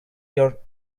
your